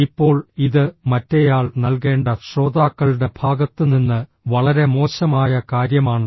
ഇപ്പോൾ ഇത് മറ്റേയാൾ നൽകേണ്ട ശ്രോതാക്കളുടെ ഭാഗത്തുനിന്ന് വളരെ മോശമായ കാര്യമാണ്